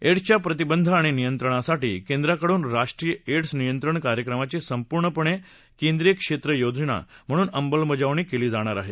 एङ्सच्या प्रतिबंध आणि नियंत्रणासाठी केंद्राकडून राष्ट्रीय एङ्स नियंत्रण कार्यक्रमाची संपूर्णपणे केंद्रीय क्षेत्र योजना म्हणून अंमलबजावणी केली जाणार आहे